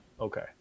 okay